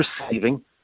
receiving